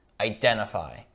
identify